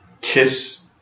kiss